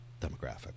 demographic